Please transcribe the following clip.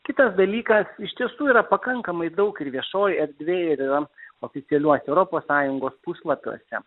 kitas dalykas iš tiesų yra pakankamai daug ir viešojoj erdvėj ir yra oficialiuose europos sąjungos puslapiuose